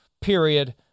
period